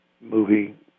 movie